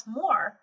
more